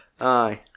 Aye